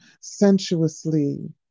sensuously